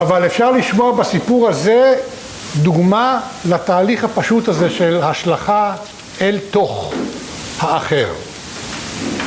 אבל אפשר לשמוע בסיפור הזה דוגמה לתהליך הפשוט הזה של השלכה אל תוך האחר.